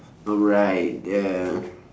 alright uh